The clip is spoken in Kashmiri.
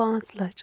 پانٛژھ لَچھ